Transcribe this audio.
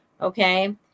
Okay